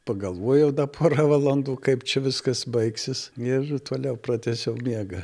pagalvojau da porą valandų kaip čia viskas baigsis ir toliau pratęsiau miegą